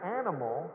animal